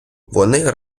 вони